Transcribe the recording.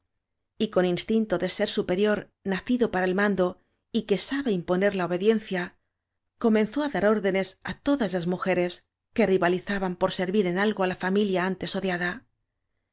nombre y con instinto de sér superior nacido para el mando y que sabe imponer la obediencia comenzó á dar órdenes á todas las mujeres que rivalizaban por servir en algo á la fami lia antes odiada